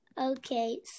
Okay